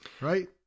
right